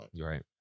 Right